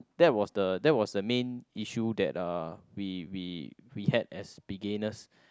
that was the that was the main issue that uh we we we had as beginners